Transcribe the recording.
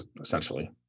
essentially